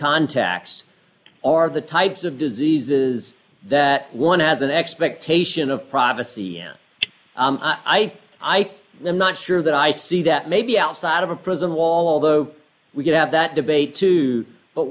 contacts are the types of diseases that one has an expectation of privacy and i think i am not sure that i see that maybe outside of a prison wall although we could have that debate too but